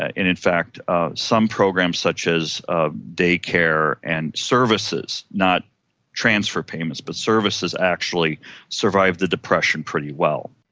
and in fact ah some programs, such as ah day-care and services not transfer payments but services actually survived the depression pretty well.